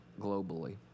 globally